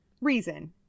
reason